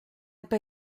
pas